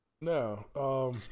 no